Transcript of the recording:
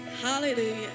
Hallelujah